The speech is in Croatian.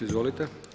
Izvolite.